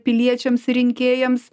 piliečiams ir rinkėjams